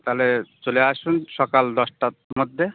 তাহলে চলে আসুন সকাল দশটার মধ্যে